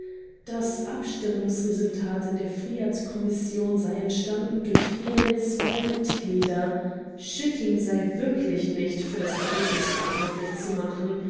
das abstimmungsresultat in der fryatt-kommission sei entstanden durch fehlen zweier mitglieder schücking sei wirklich nicht für das ergebnis verantwortlich zu machen